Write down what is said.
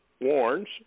warns